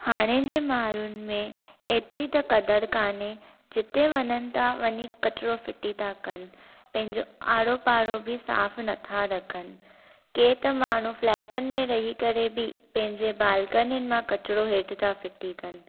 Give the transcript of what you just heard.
हाणे जे माण्हूनि में एतिरी त कदुर कोन्हे जिते वञनि था वञी कचरो फिटी था कनि पहिंजो आड़ो पाड़ो बि साफ नथा रखनि के त माण्हू फ्लैटनि में रही करे बि पहिंजे बालकनीनि मां कचिरो हेठि था फिटी कनि